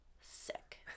sick